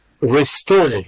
restore